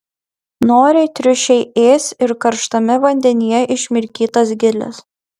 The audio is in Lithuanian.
noriai triušiai ės ir karštame vandenyje išmirkytas giles